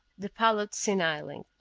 the pilot signaling.